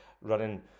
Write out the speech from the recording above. running